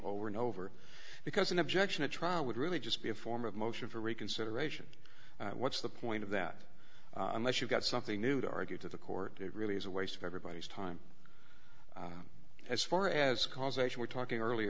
over and over because an objection a trial would really just be a form of motion for reconsideration what's the point of that unless you've got something new to argue to the court it really is a waste of everybody's time as far as causation we're talking earlier